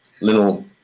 little